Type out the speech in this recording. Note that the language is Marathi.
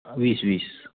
वीस वीस